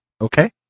Okay